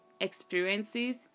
experiences